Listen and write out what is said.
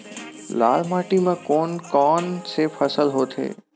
लाल माटी म कोन कौन से फसल होथे?